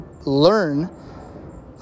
learn